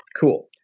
Cool